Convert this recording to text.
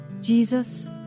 Jesus